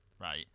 Right